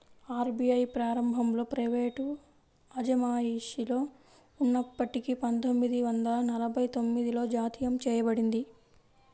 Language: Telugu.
ఆర్.బీ.ఐ ప్రారంభంలో ప్రైవేటు అజమాయిషిలో ఉన్నప్పటికీ పందొమ్మిది వందల నలభై తొమ్మిదిలో జాతీయం చేయబడింది